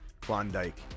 Klondike